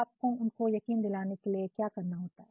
तो आपको उनको यकीन दिलाने के लिए या करना होता है